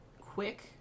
quick